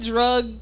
Drug